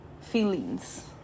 feelings